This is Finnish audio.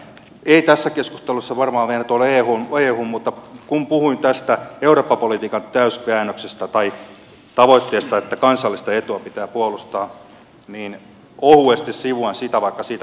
ei tässä keskustelussa varmaan mennä tuonne euhun mutta kun puhuin tästä eurooppa politiikan täyskäännöksestä tai tavoitteesta että kansallista etua pitää puolustaa niin ohuesti sivuan sitä vaikka siitä keskustellaan myöhemmin